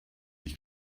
dich